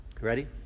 Ready